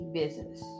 business